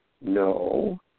No